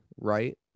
right